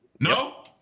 No